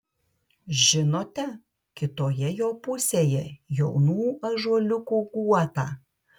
žinote kitoje jo pusėje jaunų ąžuoliukų guotą